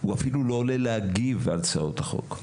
הוא אפילו לא עולה להגיב על הצעות החוק.